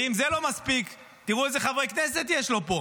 ואם זה לא מספיק, תראו איזה חברי כנסת יש לו פה.